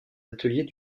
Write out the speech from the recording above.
ateliers